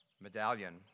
medallion